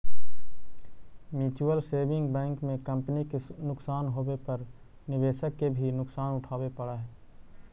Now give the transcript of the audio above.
mutual saving bank में company के नुकसान होवे पर निवेशक के भी नुकसान उठावे पड़ऽ हइ